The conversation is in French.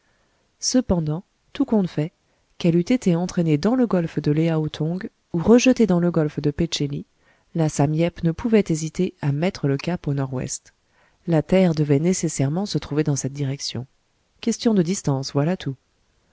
cependant tout compte fait qu'elle eût été entraînée dans le golfe de léao tong ou rejetée dans le golfe de pé tché li la samyep ne pouvait hésiter à mettre le cap au nord-ouest la terre devait nécessairement se trouver dans cette direction question de distance voilà tout